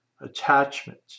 attachment